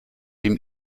dem